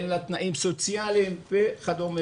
אין לה תנאים סוציאליים וכדומה.